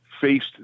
faced